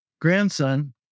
grandson